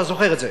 אתה זוכר את זה?